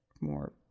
more